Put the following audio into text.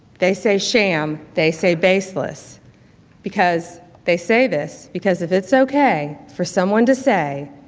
they say sham. they say baseless because they say this because if it's ok for someone to say,